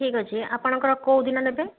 ଠିକ୍ ଅଛି ଆପଣଙ୍କର କେଉଁଦିନ ନେବେ